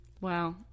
Wow